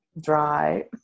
dry